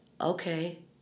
Okay